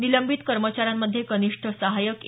निलंबित कर्मचाऱ्यांमध्ये कनिष्ठ सहाय्यक ए